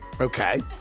Okay